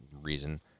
reason